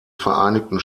vereinigten